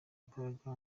imbaraga